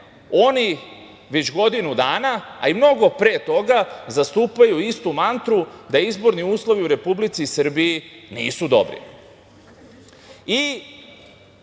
oni već godinu dana, a i mnogo pre toga, zastupaju istu mantru da izborni uslovi u Republici Srbiji nisu dobri.